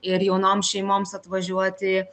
ir jaunoms šeimoms atvažiuoti